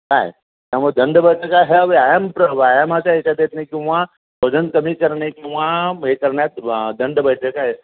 काय त्यामुळे दंडबैठका ह्या व्यायाम प्र व्यायामाच्या याच्याच येत नाही किंवा वजन कमी करणे किंवा हे करण्यात दंडबैठका येत